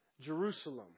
Jerusalem